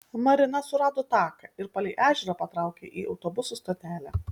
marina surado taką ir palei ežerą patraukė į autobusų stotelę